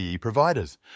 providers